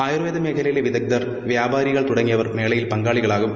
ആയൂർവേദ മേഖലയിലെ വിദഗ്ധർ വ്യാപാരികൾ തുടങ്ങിയവർ മേളയിൽ പങ്കാളികളാകും